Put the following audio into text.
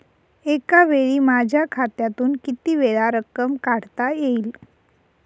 एकावेळी माझ्या खात्यातून कितीवेळा रक्कम काढता येईल?